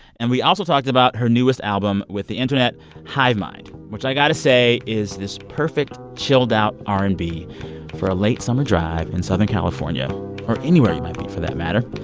and we also talked about her newest album with the internet hive mind, which i got to say is this perfect, chilled-out r and b for a late summer drive in southern california or anywhere you might be for that matter.